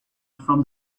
from